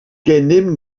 gennym